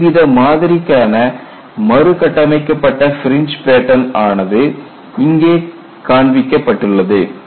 ஒரு வித மாதிரிக்கான மறுகட்டமைக்கப்பட்ட ஃபிரிஞ்ச் பேட்டன் ஆனது இங்கே காண்பிக்கப்பட்டுள்ளது